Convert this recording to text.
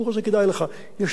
יש הרבה מאוד הסדרים כאלה.